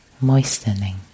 Moistening